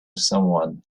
someone